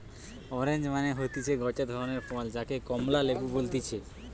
orange মানে হতিছে গটে ধরণের ফল যাকে কমলা লেবু বলতিছে